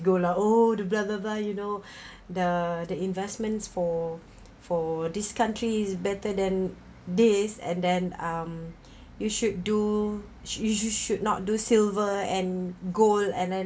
you know the the investments for for this countries better than this and then um you should do sh~ you you should not do silver and gold and then